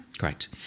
Correct